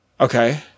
Okay